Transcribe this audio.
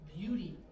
beauty